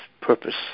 purpose